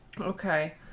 Okay